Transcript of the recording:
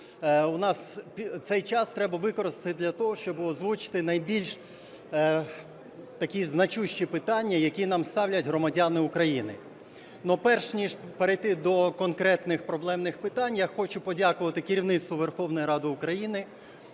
у нас цей час треба використати для того, щоби озвучити найбільш такі значущі питання, які нам ставлять громадяни України. Перш ніж перейти до конкретних проблемних питань, я хочу подякувати керівництву Верховної Ради України,